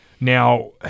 Now